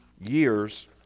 years